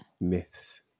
Myths